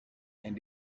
and